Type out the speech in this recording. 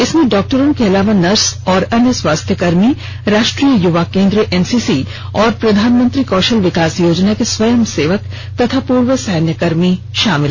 इसमें डॉक्टरों के अलावा नर्स और अन्य स्वास्थ्य कर्मी राष्ट्रीय युवा केन्द्र एनसीसी और प्रधानमंत्री कौशल विकास योजना के स्वयंसेवक तथा पूर्व सैन्य कर्मी शामिल हैं